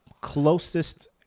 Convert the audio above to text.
closest